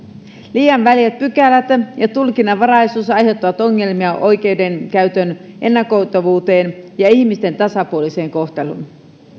liian väljät pykälät ja tulkinnanvaraisuus aiheuttavat ongelmia oikeudenkäytön ennakoitavuuteen ja ihmisten tasapuoliseen kohteluun